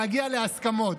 להגיע להסכמות.